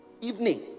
evening